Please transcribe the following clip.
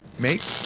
make.